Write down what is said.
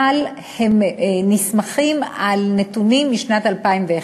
אבל הם נסמכים על נתונים משנת 2011,